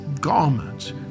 garments